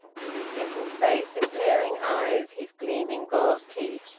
with his pimpled face and glaring eyes, his gleaming gold teeth,